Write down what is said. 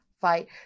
fight